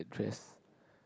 address